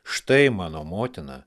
štai mano motina